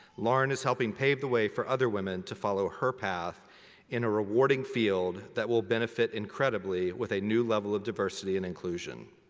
lauren is helping pave the way for other women to follow her path in a rewarding field that will benefit incredibly with a new level of diversity and inclusion.